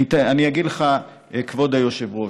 אני אגיד לך, כבוד היושב-ראש,